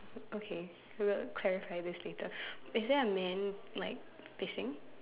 okay we will clarify this later is there a man like fishing